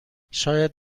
شاید